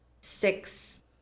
six